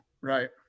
Right